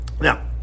Now